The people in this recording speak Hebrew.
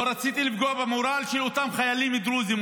לא רציתי לפגוע במורל של אותם חיילים דרוזים,